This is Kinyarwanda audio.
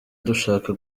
dushaka